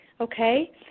okay